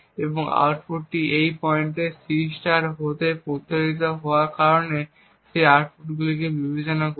এবং এই আউটপুটটি এই পয়েন্টে C হতে প্ররোচিত হওয়ার কারণে এই আউটপুটটিকে বিবেচনা করি